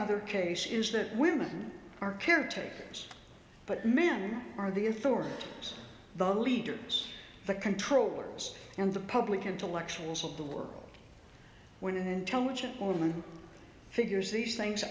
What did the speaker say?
other case is that women are caretakers but men are the authority the leaders the controllers and the public intellectuals of the world when an intelligent woman figures these things